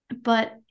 but-